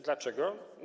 Dlaczego?